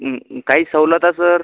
काही सवलत सर